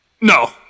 no